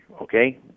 Okay